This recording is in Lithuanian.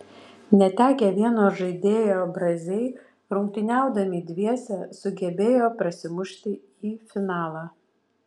netekę vieno žaidėjo braziai rungtyniaudami dviese sugebėjo prasimušti į finalą